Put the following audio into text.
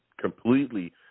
completely